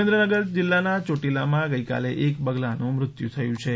સુરેન્દ્રનગર જિલ્લાના ચોટીલામાં ગઇકાલે એક બગલાનું મૃત્યુ થયું છે